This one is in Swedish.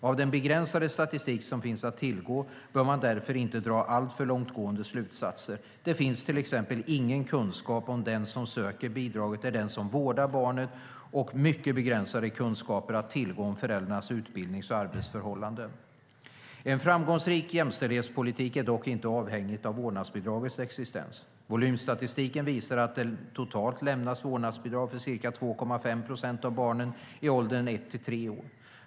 Av den begränsade statistik som finns att tillgå bör man därför inte dra alltför långtgående slutsatser. Det finns till exempel ingen kunskap om den som söker bidraget är den som vårdar barnet och mycket begränsade kunskaper att tillgå om föräldrarnas utbildnings och arbetsförhållanden. En framgångsrik jämställdhetspolitik är dock inte avhängig av vårdnadsbidragets existens. Volymstatistiken visar att det totalt lämnas vårdnadsbidrag för ca 2,5 procent av barnen i åldern 1-3 år.